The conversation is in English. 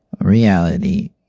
Reality